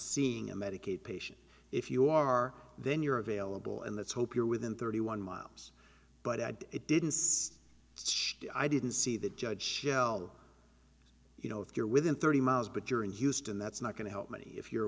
seeing a medicaid patients if you are then you're available and let's hope you're within thirty one miles but i did it didn't i didn't see the judge shelter you know if you're within thirty miles but you're in houston that's not going to help me if you're